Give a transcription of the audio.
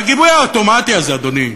והגיבוי האוטומטי הזה, אדוני היושב-ראש,